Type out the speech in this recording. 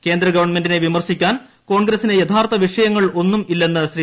കേന്ദ്ര ഗവൺമെന്റിനെ വിമർശിക്കാൻ കോൺഗ്രസിന് യഥാർത്ഥ വിഷയങ്ങൾ ഒന്നും ഇല്ലെന്ന് ശ്രീ